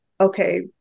okay